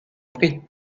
prie